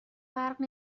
برق